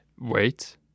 wait